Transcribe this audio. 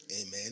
Amen